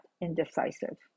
indecisive